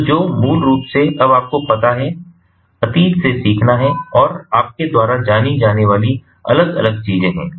तो जो मूल रूप से अब आपको पता है अतीत से सीखना है और आपके द्वारा जानी जाने वाली अलग अलग चीजें हैं